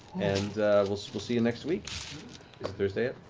and we'll see we'll see you next week. is it thursday